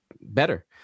better